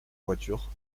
voiture